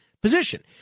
Position